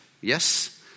Yes